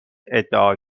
ادعا